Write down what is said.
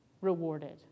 rewarded